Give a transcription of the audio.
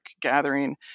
gathering